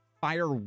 fire